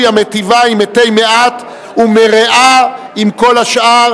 המיטיבה עם מתי מעט ומרעה עם כל השאר,